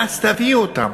ואז תביאו אותם.